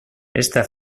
esta